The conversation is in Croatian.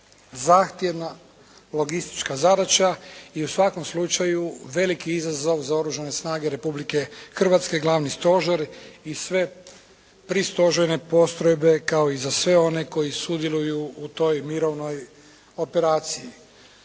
Zahtjevna logistička zadaća i u svakom slučaju veliki izazov za Oružane snage Republike Hrvatske glavni stožer i sve pristožerne postrojbe koje i za sve one koji sudjeluju u toj mirovnoj operaciji.